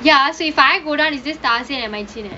ya so if I go down is this and leh